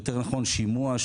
יותר נכון שימוע,